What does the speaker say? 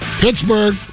Pittsburgh